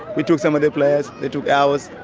we took some of their players, they took ours,